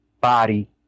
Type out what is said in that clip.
body